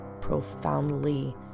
profoundly